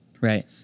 Right